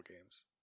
games